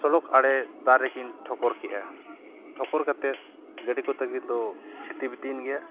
ᱥᱚᱚᱠ ᱟᱲᱮ ᱫᱟᱨᱮ ᱠᱤᱱ ᱴᱷᱚᱠᱚᱨ ᱠᱮᱜᱼᱟ ᱴᱷᱚᱠᱚᱨ ᱠᱟᱛᱮᱫ ᱜᱟᱹᱰᱤ ᱠᱚ ᱛᱟᱹᱜᱤ ᱫᱚ ᱪᱷᱤᱛᱤ ᱵᱤᱛᱤᱭᱤᱱ ᱜᱮᱭᱟ